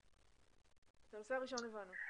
את הנושא הראשון הבנו.